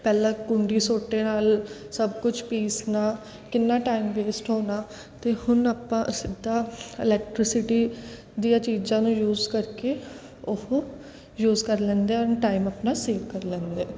ਪਹਿਲਾਂ ਕੁੰਡੀ ਸੋਟੇ ਨਾਲ ਸਭ ਕੁਛ ਪੀਸਣਾ ਕਿੰਨਾ ਟਾਈਮ ਵੇਸਟ ਹੋਣਾ ਅਤੇ ਹੁਣ ਆਪਾਂ ਸਿੱਧਾ ਇਲੈਕਟਰੀਸਿਟੀ ਦੀਆਂ ਚੀਜ਼ਾਂ ਨੂੰ ਯੂਜ ਕਰਕੇ ਉਹ ਯੂਜ ਕਰ ਲੈਂਦੇ ਹਾਂ ਟਾਈਮ ਆਪਣਾ ਸੇਵ ਕਰ ਲੈਂਦੇ